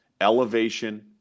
elevation